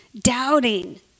Doubting